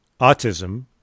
autism